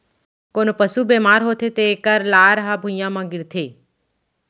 कोनों पसु बेमार होथे तेकर लार ह भुइयां म गिरथे